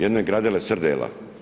Jedne gradele srdela.